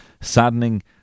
saddening